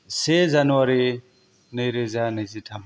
से जानुवारि नैरोजा नैजिथाम